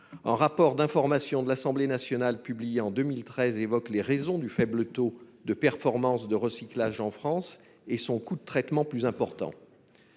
Un rapport d'information de l'Assemblée nationale publié en 2013 explique les raisons du faible taux de performance du recyclage en France et de son coût de traitement plus important